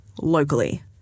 locally